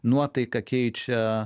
nuotaiką keičia